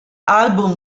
album